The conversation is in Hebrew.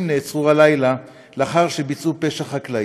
נעצרו הלילה לאחר שביצעו פשע חקלאי.